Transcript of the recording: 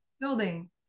building